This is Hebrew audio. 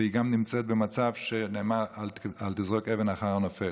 והיא גם נמצאת במצב שעליו נאמר: אל תזרוק אבן אחר הנופל,